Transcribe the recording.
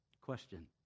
question